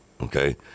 Okay